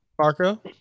Marco